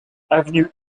avenue